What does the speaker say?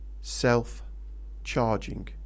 self-charging